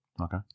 Okay